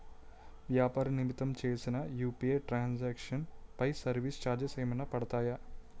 వ్యాపార నిమిత్తం చేసిన యు.పి.ఐ ట్రాన్ సాంక్షన్ పై సర్వీస్ చార్జెస్ ఏమైనా పడతాయా?